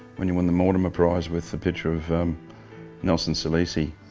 when you won the mortimore prize with the picture of nelson salesi